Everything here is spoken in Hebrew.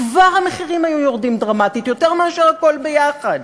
כבר המחירים היו יורדים דרמטית יותר מאשר הכול ביחד.